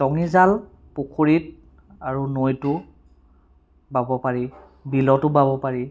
টঙী জাল পুখুৰীত আৰু নৈতো বাব পাৰি বিলতো বাব পাৰি